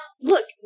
Look